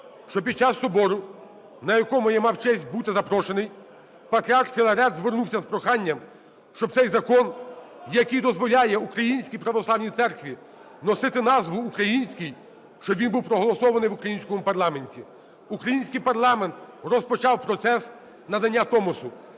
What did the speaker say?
що під час Собору, на якому я мав честь бути запрошений, Патріарх Філарет звернувся з проханням, щоб цей закон, який дозволяє Українській Православній Церкві носити назву "Українській", щоб він був проголосований в українському парламенті. Український парламент розпочав процес надання Томосу.